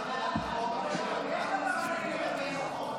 התשפ"ד 2024,